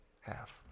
Half